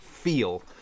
Feel